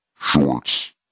shorts